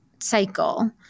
cycle